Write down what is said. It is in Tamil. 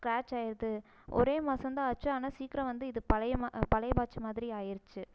ஸ்கிராட்ச் ஆகிடுது ஒரே மாதம் தான் ஆச்சு ஆனால் சீக்கிரம் வந்து இது பழைய வாட்ச் மாதிரி ஆகிடுச்சு